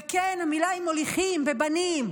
וכן, המילה היא "מוליכים", בבנים.